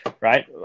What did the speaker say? right